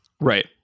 right